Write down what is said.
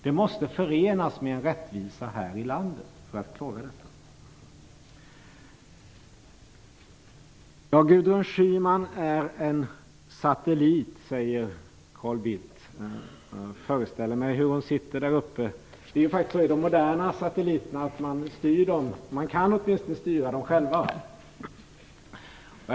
Den måste förenas med en rättvisa här i landet. Gudrun Schyman är en satellit, säger Carl Bildt - jag föreställer mig hur hon sitter där uppe. Vad gäller de moderna satelliterna kan man åtminstone styra dem själv.